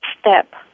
step